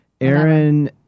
Aaron